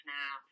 now